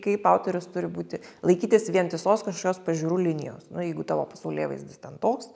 kaip autorius turi būti laikytis vientisos kašios pažiūrų linijos jeigu tavo pasaulėvaizdis ten toks